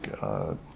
God